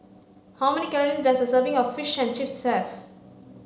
how many calories does a serving of Fish and Chips have